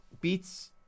beats